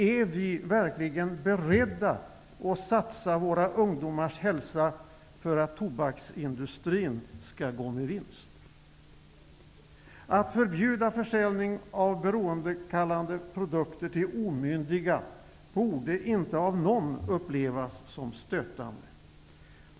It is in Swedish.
Är vi verkligen beredda att satsa våra ungdomars hälsa för att tobaksindustrin skall gå med vinst? Att förbjuda försäljning av beroendeframkallande produkter till omyndiga borde inte av någon upplevas som stötande.